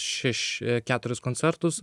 šeši keturis koncertus